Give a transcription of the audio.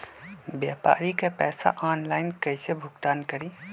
व्यापारी के पैसा ऑनलाइन कईसे भुगतान करी?